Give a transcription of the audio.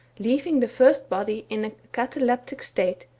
leaving the first body in a cataleptic state,